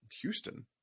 Houston